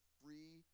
free